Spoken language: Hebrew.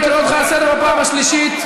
אני קורא אותך לסדר פעם שלישית.